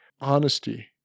honesty